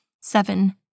seven